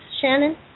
Shannon